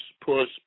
push